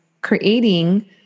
creating